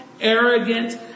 arrogant